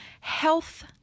health